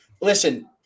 listen